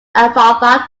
alfalfa